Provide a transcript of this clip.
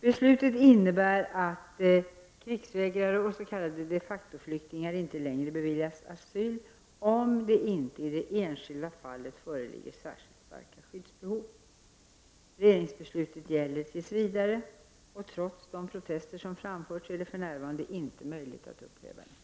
Beslutet innebär att krigsvägrare och s.k. de facto-flyktingar inte längre beviljas asyl om det inte i det enskilda fallet föreligger särskilt starkt skyddsbehov. Regeringsbeslutet gäller tills vidare, och trots de protester som framförts är det f.n. inte möjligt att upphäva det.